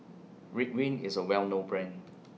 Ridwind IS A Well known Brand